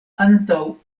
antaŭ